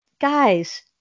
guys